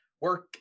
work